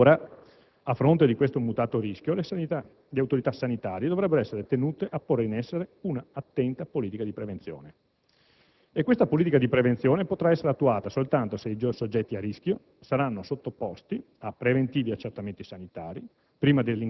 Ora, a fronte di questo mutato rischio, le autorità sanitarie dovrebbero essere tenute a porre in essere una attenta politica di prevenzione. E questa politica di prevenzione potrà essere attuata soltanto se i soggetti a rischio saranno sottoposti a preventivi accertamenti sanitari,